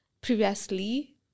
previously